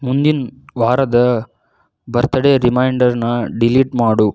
ಮುಂದಿನ ವಾರದ birthday ರಿಮೈಂಡರ್ನ ಡಿಲೀಟ್ ಮಾಡು